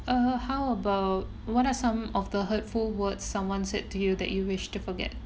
uh how about what are some of the hurtful words someone said to you that you wish to forget